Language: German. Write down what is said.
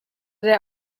der